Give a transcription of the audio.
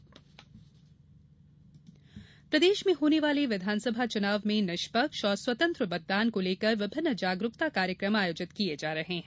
मतदाता जागरूकता प्रदेश में होने वाले विधानसभा चुनाव में निष्पक्ष और स्वतंत्र मतदान को लेकर विभिन्न जागरूकता कार्यक्रम आयोजित किये जा रहे हैं